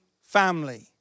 family